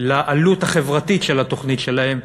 לעלות החברתית של התוכנית שלהם,